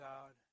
God